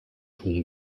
tun